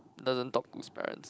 doesn't talk to his parent